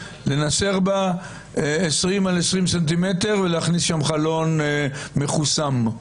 לנסר בה 20 על 20 ס"מ ולהכניס שם חלון מחוסם?